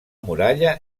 muralla